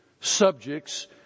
subjects